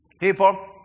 people